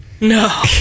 No